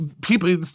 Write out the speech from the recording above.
People